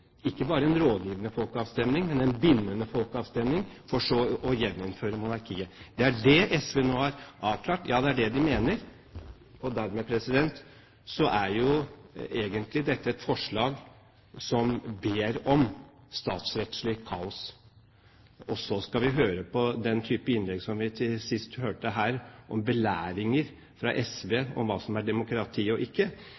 ikke bare en rådgivende folkeavstemning, men en bindende folkeavstemning – for så å gjeninnføre monarkiet? Det er det SV nå har avklart – ja, det er det de mener. Dermed er jo egentlig dette et forslag der en ber om statsrettslig kaos. Og så skal vi høre på denne type innlegg som vi hørte her til sist – belæringer fra SV